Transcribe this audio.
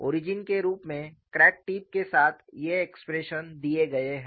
origin के रूप में क्रैक टिप के साथ ये एक्सप्रेशन दिए गए हैं